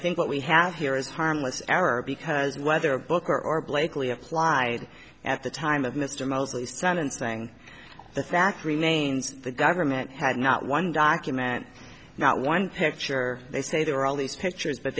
think what we have here is harmless error because whether booker or blakeley applied at the time of mr mosley sentencing the fact remains the government had not one document not one picture they say they're all these pictures but